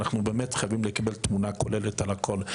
אנחנו באמת חייבים לקבל תמונה כוללת על הכול,